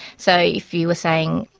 so if you were saying,